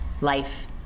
life